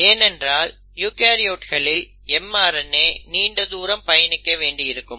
ஏனென்றால் யூகரியோட்ஸ்களில் mRNA நீண்ட தூரம் பயணிக்க வேண்டியிருக்கும்